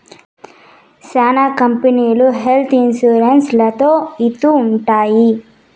శ్యానా కంపెనీలు health insurance లలో ఇత్తూ ఉంటాయి